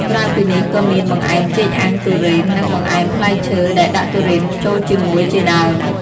ក្រៅពីនេះ ក៏មាន បង្អែមចេកអាំងទុរេន និង បង្អែមផ្លែឈើដែលដាក់ទុរេនចូលជាមួយ ជាដើម។